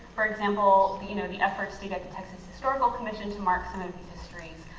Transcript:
for example, the you know the efforts to get the texas historical commission to mark some of these histories,